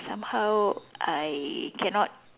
somehow I cannot